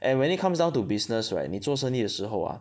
and when it comes down to business right 你做生意的时候 ah